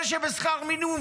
אלה שבשכר מינימום,